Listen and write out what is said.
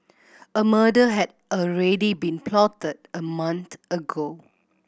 a murder had already been plotted a month ago